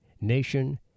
nation